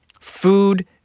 Food